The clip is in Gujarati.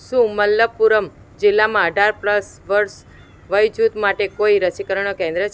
શું મલપ્પુરમ જિલ્લામાં અઢાર પ્લસ વર્ષ વયજૂથ માટે કોઈ રસીકરણ કેન્દ્ર છે